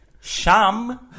Sham